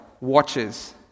watches